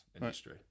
industry